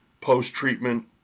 post-treatment